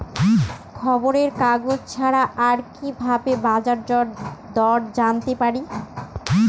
খবরের কাগজ ছাড়া আর কি ভাবে বাজার দর জানতে পারি?